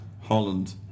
Holland